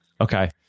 Okay